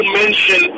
mention